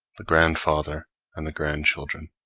the grandfather and the grandchildren,